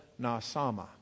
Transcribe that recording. nasama